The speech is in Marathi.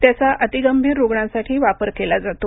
त्याचा अतिगंभीर रुग्णांसाठी वापर केला जातो